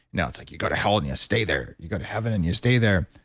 now, it's like, you got a hell and you stay there, you go to heaven and you stay there.